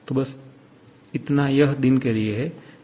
तो बस इतना यह दिन के लिए है